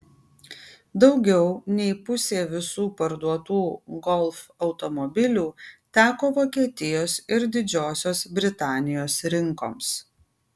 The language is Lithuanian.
daugiau nei pusė visų parduotų golf automobilių teko vokietijos ir didžiosios britanijos rinkoms